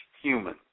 human